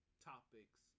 topics